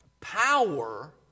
Power